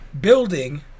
building